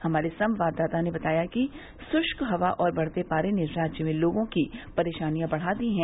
हमारे संवाददाता ने बताया है कि शुष्क हवा और बढ़ते पारे ने राज्य में लोगों की परेशानियां बढ़ा दी हैं